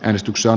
äänestyksen